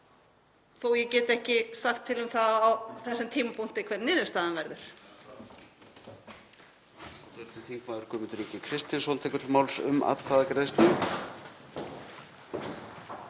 að ég geti ekki sagt til um það á þessum tímapunkti hver niðurstaðan verður.